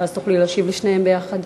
ואז תוכלי להשיב לשניהם ביחד.